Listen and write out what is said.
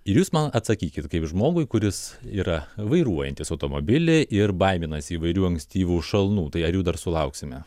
ir jūs man atsakykit kaip žmogui kuris yra vairuojantis automobilį ir baiminasi įvairių ankstyvų šalnų tai ar jų dar sulauksime